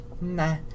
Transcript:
nah